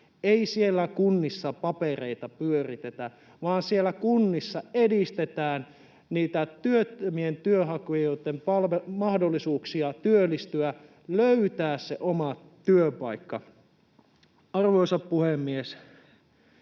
Ei siellä kunnissa papereita pyöritetä, vaan siellä kunnissa edistetään niitä työttömien työnhakijoitten mahdollisuuksia työllistyä, löytää se oma työpaikka. Arvoisa puhemies!